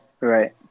right